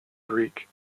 greek